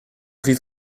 fydd